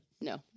No